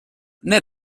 nel